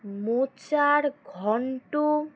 মোচার ঘন্ট